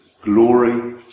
glory